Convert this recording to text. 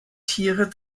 tiere